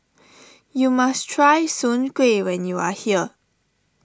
you must try Soon Kuih when you are here